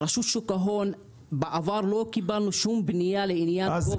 לרשות שוק ההון בעבר לא קיבלנו שום פניה לעניין גובה.